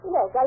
Yes